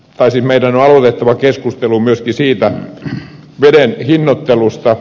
nyt meidän on aloitettava keskustelu myöskin veden hinnoittelusta